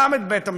גם את בית-המשפט,